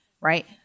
right